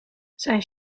zijn